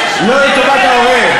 לא לטובת ההורה.